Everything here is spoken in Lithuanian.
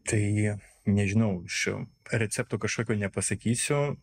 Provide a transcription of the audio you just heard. tai nežinau šio recepto kažkokio nepasakysiu